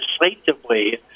legislatively